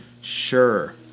sure